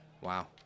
Wow